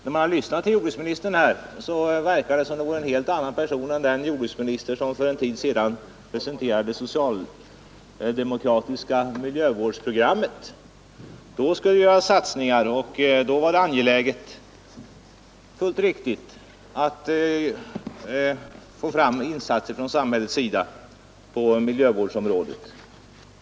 När man lyssnar till jordbruksministern här verkar det som om han vore en helt annan person än den jordbruksminister som för en tid sedan presenterade det socialdemokratiska miljövårdsprogrammet. Då skulle det göras satsningar, då var det angeläget — fullt riktigt — med insatser från samhällets sida på miljövårdsområdet.